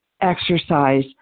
exercise